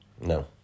No